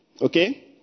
okay